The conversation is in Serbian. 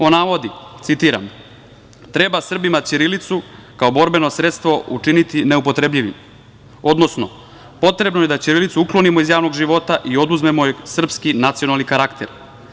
On navodi, citiram: "Treba Srbima ćirilicu kao borbeno sredstvo učiniti neupotrebljivim, odnosno potrebno je da ćirilicu uklonimo iz javnog života i oduzmemo joj srpski nacionalni karakter.